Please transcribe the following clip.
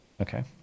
Okay